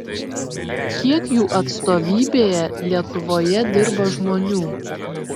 kiek jų atstovybėje lietuvoje dirba žmonių